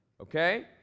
Okay